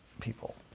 people